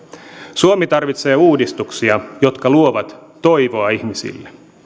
suomi tarvitsee uudistuksia jotka luovat toivoa ihmisille